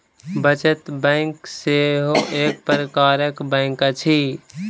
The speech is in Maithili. बचत बैंक सेहो एक प्रकारक बैंक अछि